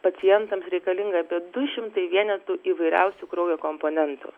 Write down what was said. pacientams reikalinga apie du šimtai vienetų įvairiausių kraujo komponentų